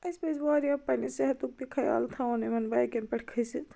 اَسہِ پَزِ وارِیاہ پَنٛنہِ صحتُک تہِ خیال تھاون یِمن بایکن پٮ۪ٹھ کھٔسِتھ